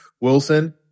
Wilson